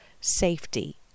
safety